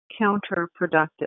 counterproductive